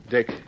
Dick